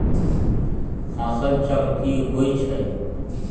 फसल चक्र की होइ छई?